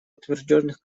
утвержденных